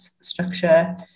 structure